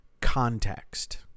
context